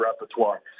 repertoire